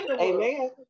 Amen